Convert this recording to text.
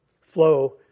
flow